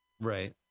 right